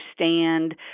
understand